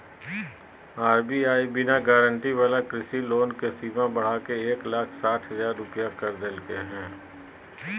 RBI बिना guarantee वाला कृषि लोन के सीमा बढ़ाके एक लाख साठ हजार रुपया कर देलके हें